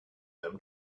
them